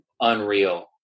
unreal